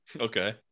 Okay